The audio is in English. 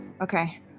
okay